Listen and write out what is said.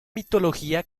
mitología